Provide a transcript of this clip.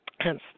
hence